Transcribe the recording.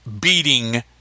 beating